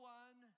one